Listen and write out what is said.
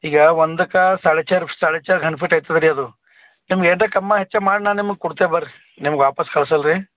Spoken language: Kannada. ಈಗ ಒಂದಕಾ ಸಳ್ಚೆರ್ ಸಳ್ಚೆರ್ ಬೆನ್ಫಿಟ್ ಐತದ್ರಿ ಅದು ನಿಮ್ಗ್ ಏನ್ರ ಕಮ್ಮ ಹೆಚ್ಚ ಮಾಡ್ ನಾನು ನಿಮ್ಗ ಕೊಡ್ತೇವೆ ಬರ್ರಿ ನಿಮ್ಗ ವಾಪಸ್ ಕಳ್ಸಲ್ಲ ರೀ